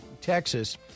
Texas